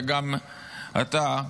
וגם אתה,